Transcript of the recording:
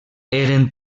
eren